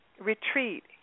retreat